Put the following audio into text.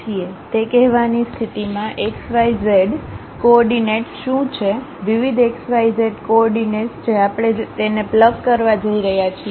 તે કહેવાની સ્થિતિમાં XYZ કોઓર્ડિનેટ્સ શું છે વિવિધ xyz કોઓર્ડિનેટ્સ જે આપણે તેને પ્લગ કરવા જઈ રહ્યા છીએ